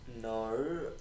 No